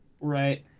Right